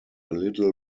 little